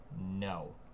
no